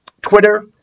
Twitter